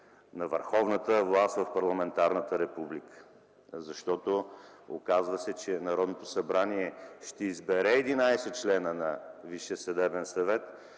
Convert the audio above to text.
на върховната власт в парламентарната република. Оказва се, че Народното събрание ще избере 11 члена на